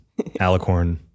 alicorn